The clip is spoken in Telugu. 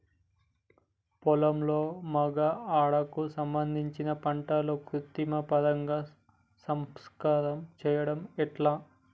పొలంలో మగ ఆడ కు సంబంధించిన పంటలలో కృత్రిమ పరంగా సంపర్కం చెయ్యడం ఎట్ల?